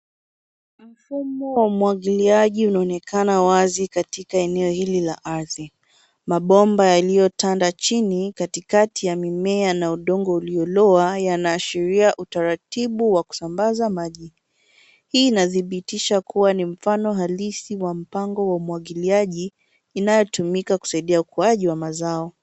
Mfumo wa umwangiliaji unaonekana wazi katika eneo hili la ardhi. Mabomba yaliyotanda chini, katikati ya mimea na udongo ulio lowa yanaashiria utaratibu wa kusambaza maji. Hii inadhibitisha kuwa ni mfano halisi wa mpango wa umwangiliaji inayotumika kusaidia ukuzaji wa mazao.